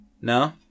No